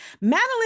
Madeline